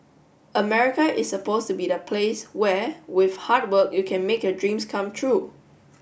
America is supposed to be the place where with hard work you can make your dreams come true